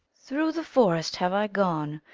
through the forest have i gone,